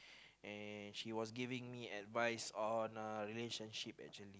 and she was giving me advice on relationship actually